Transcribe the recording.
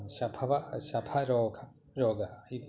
शथव शथरोगः रोगः इति